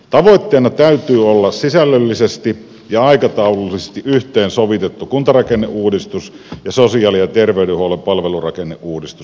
tavoitteena täytyy olla sisällöllisesti ja aikataulullisesti yhteen sovitettu kuntarakenneuudistus ja sosiaali ja terveydenhuollon palvelurakenneuudistus